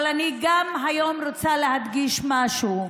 אבל אני גם היום רוצה להדגיש משהו: